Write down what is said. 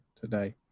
today